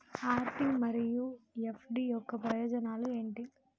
RD మరియు FD యొక్క ప్రయోజనాలు ఏంటి?